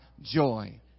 joy